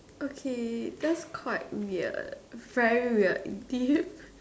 okay that's quite weird very weird do you